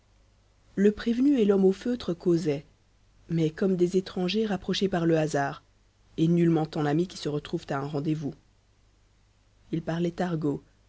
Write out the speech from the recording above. le prévenu et l'homme au feutre causaient mais comme des étrangers rapprochés par le hasard et nullement en amis qui se retrouvent à un rendez-vous ils parlaient argot